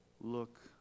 look